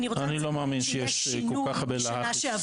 אני לא מאמין שיש כל כך הרבה לחץ.